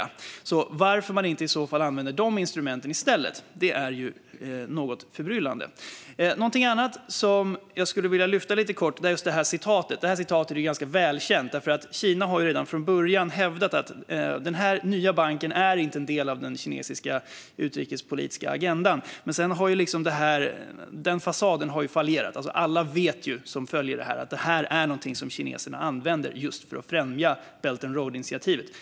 Det är något förbryllande att man inte använder dessa instrument i stället. Något annat jag skulle vilja lyfta fram lite kort är uttalandet. Kina har redan från början hävdat att denna nya bank inte är en del av den kinesiska utrikespolitiska agendan. Men fasaden har fallit, och alla vet att detta är något kineserna använder för att främja just Belt and Road-initiativet.